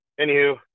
Anywho